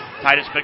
Titus